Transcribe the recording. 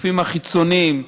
הגופים החיצוניים,